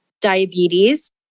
diabetes